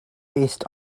based